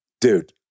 dude